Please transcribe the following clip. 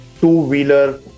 two-wheeler